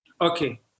Okay